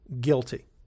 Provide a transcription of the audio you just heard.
guilty